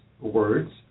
words